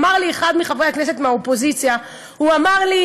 אמר לי אחד מחברי הכנסת מהאופוזיציה: איך